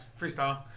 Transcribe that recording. Freestyle